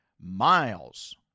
miles